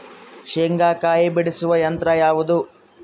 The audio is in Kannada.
ಶೇಂಗಾಕಾಯಿ ಬಿಡಿಸುವ ಯಂತ್ರ ಯಾವುದು?